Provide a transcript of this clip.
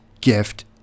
gift